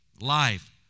life